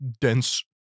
dense